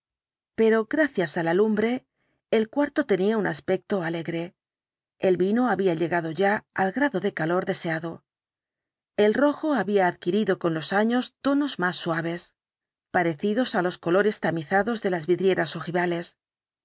pero gracias á la lumbre el cuarto tenía un aspecto alegre el vino había llegado ya al grado de calor deseado el rojo había adquirido con los años tonos más suaves el dr jekyll parecidos á los colores tamizados de las vidrieras ojivales